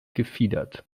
gefiedert